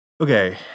Okay